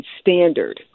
standard